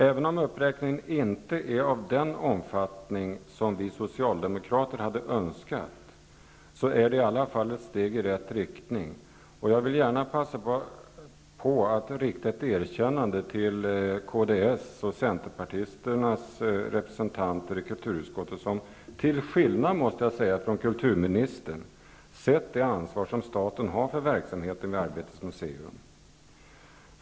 Även om uppräkningen inte är av den omfattningen som vi socialdemokrater hade önskat är det i varje fall ett steg i rätt riktning. Jag vill gärna passa på att rikta ett erkännande till Kds och Centerns representanter i kulturutskottet som, till skillnad från kulturministern, sett det ansvar som staten har för verksamheten vid Arbetets museum.